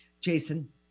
Jason